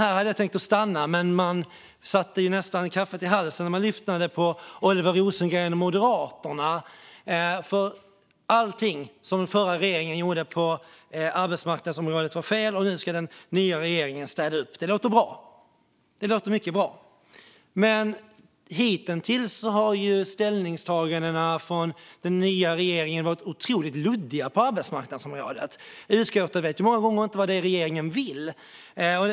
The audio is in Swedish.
Här hade jag tänkt stanna, men man satte ju nästan kaffet i halsen när man lyssnade på Oliver Rosengren och Moderaterna. Allt som den förra regeringen gjorde på arbetsmarknadsområdet var fel, och nu ska den nya regeringen städa upp. Det låter mycket bra! Men hittills har ställningstagandena från den nya regeringen på arbetsmarknadsområdet varit otroligt luddiga. Utskottet vet många gånger inte vad regeringen vill.